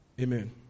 amen